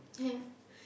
yeah